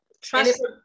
trust-